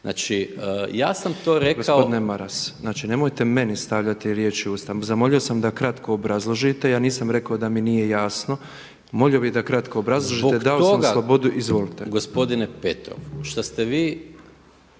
**Petrov, Božo (MOST)** Gospodine Maras, nemojte meni stavljati riječi u usta. Zamolio sam da kratko obrazložite, ja nisam rekao da mi nije jasno. Molio bih da kratko obrazložite, dao sam vam slobodu. Izvolite. **Maras, Gordan (SDP)** Gospodine Petrov, šta ste vi